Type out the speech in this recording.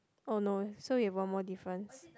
oh no so you have one more difference